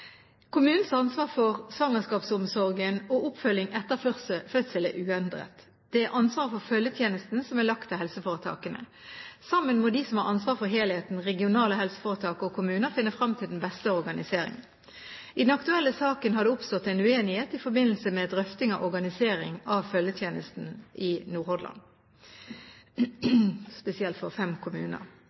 Kommunens ansvar for svangerskapsomsorgen og oppfølging etter fødsel er uendret. Det er ansvaret for følgetjenesten som er lagt til helseforetakene. Sammen må de som har ansvaret for helheten, regionale helseforetak og kommuner, finne frem til den beste organiseringen. I den aktuelle saken har det oppstått en uenighet i forbindelse med drøfting av organisering av følgetjenesten i Nordhordland, spesielt i fem kommuner.